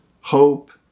hope